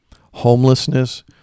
Homelessness